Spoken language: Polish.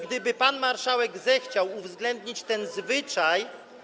Gdyby pan marszałek zechciał uwzględnić ten zwyczaj.